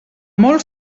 molt